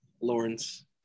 Lawrence